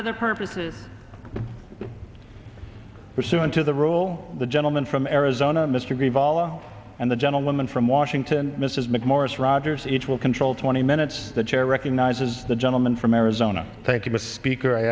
other purposes pursuant to the rule the gentleman from arizona mr green vala and the gentlewoman from washington mrs mcmorris rodgers each will control twenty minutes the chair recognizes the gentleman from arizona thank you misspeak or i